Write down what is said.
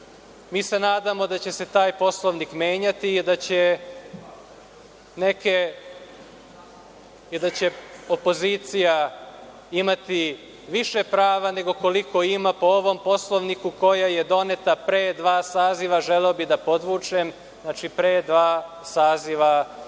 Mi se nadamo da će se taj Poslovnik menjati i da će neke, da će opozicija imati više prava nego koliko ima po ovom Poslovnika koji je donet pre dva saziva, želeo bih da podvučem, znači pre dva saziva